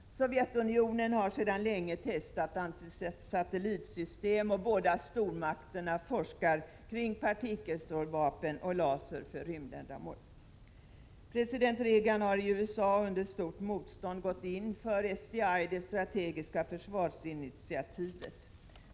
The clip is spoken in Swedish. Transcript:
Sovjetunionen har sedan länge testat antisatellitsystem. Båda stormakterna forskar kring partikelstrålvapen och laser för rymdändamål. President Reagan har i USA, under stort motstånd, gått in för SDI, det strategiska försvarsinitiativet.